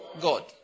God